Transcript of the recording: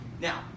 Now